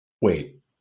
wait